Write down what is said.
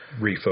refocus